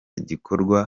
gikorwa